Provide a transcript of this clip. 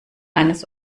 eines